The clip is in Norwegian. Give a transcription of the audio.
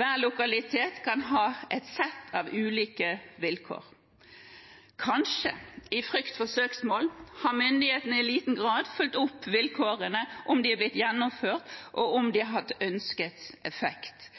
Hver lokalitet kan ha et sett av ulike vilkår. Kanskje i frykt for søksmål har myndighetene i liten grad fulgt opp om vilkårene er blitt gjennomført, og om de har hatt ønsket effekt.